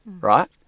right